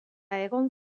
egon